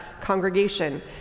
congregation